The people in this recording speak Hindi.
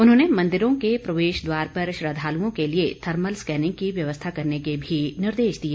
उन्होंने मंदिरों के प्रवेश द्वार पर श्रद्धालुओं के लिए थर्मल स्कैनिंग की व्यवस्था करने के भी निर्देश दिए